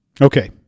Okay